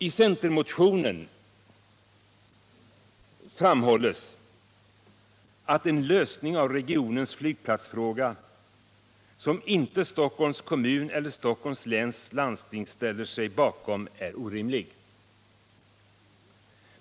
I centermotionen framhålles att en lösning av regionens flygplatsfråga som inte Stockholms kommun eller Stockholms läns landsting ställer sig bakom är orimlig.